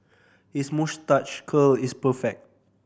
his moustache curl is perfect